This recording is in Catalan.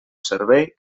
servei